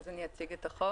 אז אני אציג את החוק.